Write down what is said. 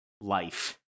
life